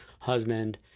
husband